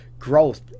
Growth